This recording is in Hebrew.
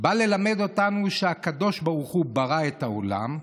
זה בא ללמד אותנו שהקדוש ברוך הוא ברא את העולם,